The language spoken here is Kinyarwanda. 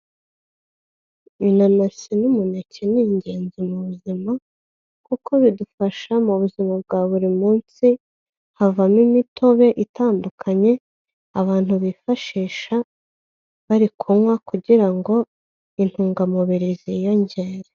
Inanasi n'umuneke ni ingenzi mu buzima kuko bidufasha mu buzima bwa buri munsi, havamo imitobe itandukanye, abantu bifashisha bari kunywa kugira ngo intungamubiri ziyongere.